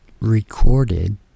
recorded